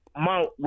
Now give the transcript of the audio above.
Mount